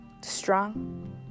strong